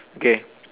okay